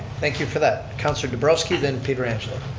thank you for that. councilor nabrowski then pietrangelo.